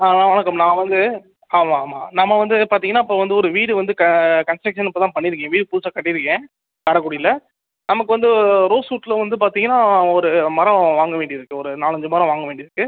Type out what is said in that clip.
வணக்கம் நான் வந்து ஆமாம் ஆமாம் நம்ம வந்து பார்த்தீங்கன்னா இப்போது வந்து ஒரு வீடு வந்து கன்ஸ்ட்ரஷன் இப்போது தான் பண்ணியிருக்கேன் வீடு புதுசாக கட்டியிருக்கேன் காரைக்குடில நமக்கு வந்து ரோஸ்வுட்டில் வந்து பார்த்தீங்கன்னா ஒரு மரம் வாங்க வேண்டியது இருக்குது ஒரு நாலு அஞ்சு மரம் வாங்க வேண்டி இருக்குது